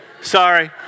Sorry